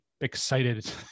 excited